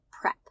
prep